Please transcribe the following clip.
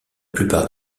plupart